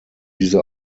diese